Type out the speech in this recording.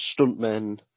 stuntmen